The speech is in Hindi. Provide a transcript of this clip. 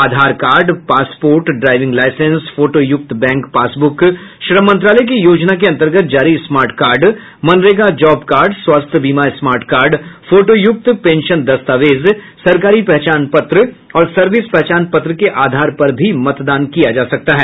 आधार कार्ड पासपोर्ट ड्राईविंग लाइसेंस फोटोयुक्त बैंक पासबुक श्रम मंत्रालय की योजना के अन्तर्गत जारी smart card MNREGA job card स्वास्थ्य बीमा स्मार्ट कार्ड फोटोयुक्त पेंशन दस्तावेज सरकारी पहचान पत्र और सर्विस पहचान पत्र के आधार पर भी मतदान किया जा सकता है